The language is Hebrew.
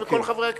וכל חברי הכנסת,